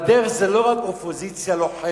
והדרך זה לא רק אופוזיציה לוחמת.